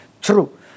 True